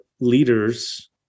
Leaders